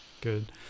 Good